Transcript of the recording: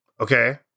okay